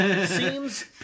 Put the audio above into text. seems